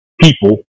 people